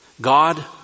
God